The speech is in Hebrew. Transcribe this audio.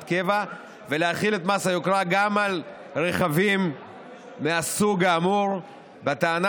קבע ולהחיל את מס היוקרה גם על רכבים מהסוג האמור בטענה